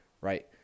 Right